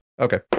Okay